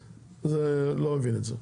אני לא מבין את זה.